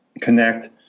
connect